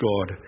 God